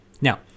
Now